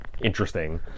interesting